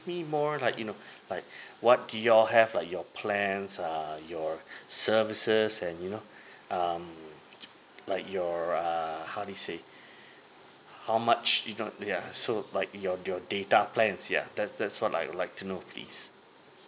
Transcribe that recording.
me more like you know like what do you all have like your plans err your services and you know um like your err how do you say how much you know ya so like your your data plans ya that's that's what I would like to know please